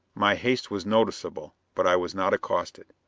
my haste was noticeable, but i was not accosted.